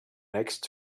next